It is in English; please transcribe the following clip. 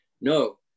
no